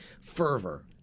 fervor